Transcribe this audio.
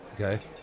Okay